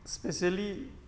specially